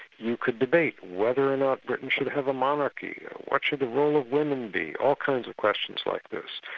you could debate whether or not britain should but have a monarchy, or what should the role of women be, all kinds of questions like this.